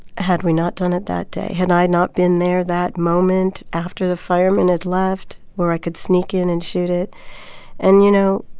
had we not done it that day had i not been there that moment after the firemen had left where i could sneak in and shoot it and you know,